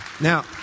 Now